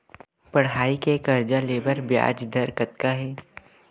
पढ़ई के कर्जा ले बर ब्याज दर कतका हे?